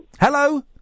Hello